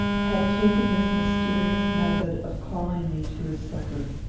had taken this mysterious method of calling me to his succour.